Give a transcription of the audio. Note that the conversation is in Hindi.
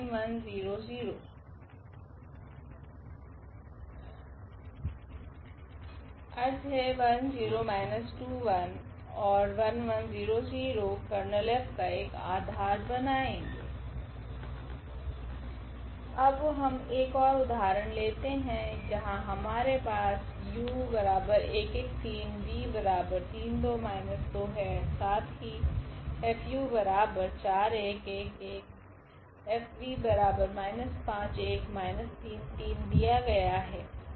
ker का एक आधार बनाएं अब हम एक ओर उदाहरण लेते है जहां हमारे पास u 113 v 32 −2 है तथा साथ ही F 4111 F −51 −33 दिया गया है